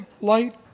light